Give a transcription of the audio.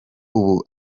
ubu